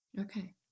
Okay